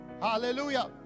Hallelujah